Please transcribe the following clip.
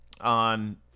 on